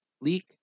leak